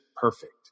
perfect